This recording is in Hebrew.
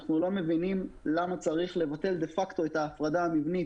אנחנו לא מבינים למה צריך לבטל דה פקטו את ההפרדה המבנית,